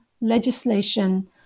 legislation